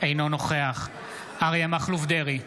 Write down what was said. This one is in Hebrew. אינו נוכח אריה מכלוף דרעי,